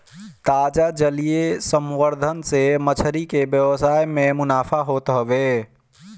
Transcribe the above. ताजा जलीय संवर्धन से मछरी के व्यवसाय में मुनाफा होत हवे